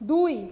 দুই